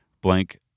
blank